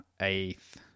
eighth